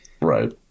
Right